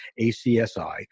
ACSI